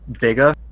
bigger